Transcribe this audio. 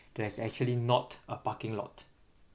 that is actually not a parking lot